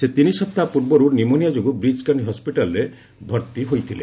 ସେ ତିନିସପ୍ତାହ ପୂର୍ବରୁ ନିମୋନିଆ ଯୋଗୁଁ ବ୍ରିଚ୍ କାଣ୍ଡି ହସ୍କିଟାଲରେ ଭର୍ତ୍ତି ହୋଇଥିଲେ